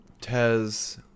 Tez